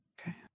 Okay